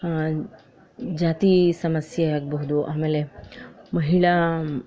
ಜಾತಿ ಸಮಸ್ಯೆ ಆಗಬಹ್ದು ಆಮೇಲೆ ಮಹಿಳಾ